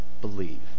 believe